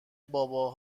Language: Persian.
بابا